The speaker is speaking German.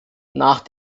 nach